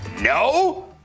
No